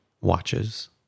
watches